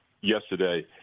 yesterday